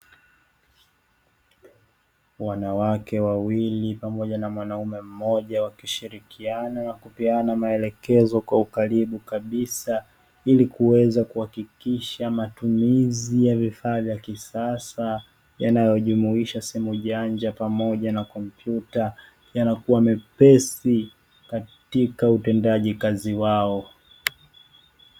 Wanawake wawili pamoja na mwanaume mmoja wakishirikiana na kupeana maelekezo kwa ukaribu kabisa ili kuweza kuhakikisha matumizi ya vifaa vya kisasa, yanayojumuisha simu janja pamoja na kompyuta yanakuwa miepesi katika utendaji kazi wao.